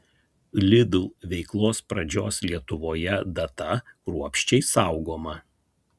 lidl veiklos pradžios lietuvoje data kruopščiai saugoma